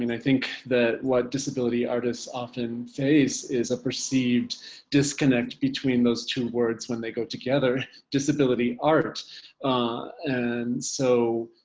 and i think that what disability artists often face is a perceived disconnect between those two word when they go together, disability art and so,